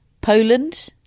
Poland